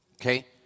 Okay